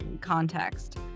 context